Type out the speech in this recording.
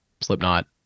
Slipknot